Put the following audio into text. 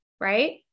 right